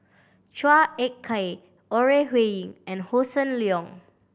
Chua Ek Kay Ore Huiying and Hossan Leong